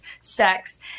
sex